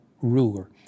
ruler